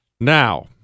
Now